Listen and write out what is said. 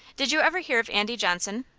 did you ever hear of andy johnson?